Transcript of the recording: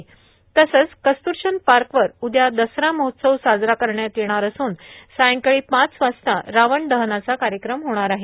उद्या कस्तुरचंद पार्कवर दसरा महोत्सव साजरा करणार असून सायंकाळी पाच वाजता रावण दहनाचा कार्यक्रम होणार आहे